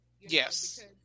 yes